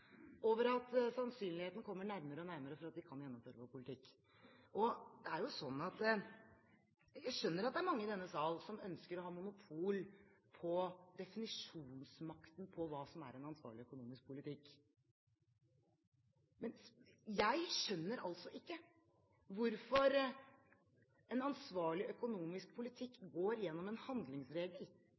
over at sannsynligheten kommer nærmere og nærmere for at vi kan gjennomføre vår politikk. Jeg skjønner at det er mange i denne sal som ønsker å ha monopol på definisjonsmakten av hva som er en ansvarlig økonomisk politikk. Men jeg skjønner ikke hvorfor en ansvarlig økonomisk politikk går gjennom en handlingsregel.